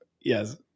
Yes